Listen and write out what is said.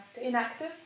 Inactive